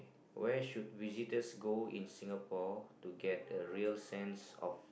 where should visitors go in singapore to get a real scene of